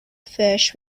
fish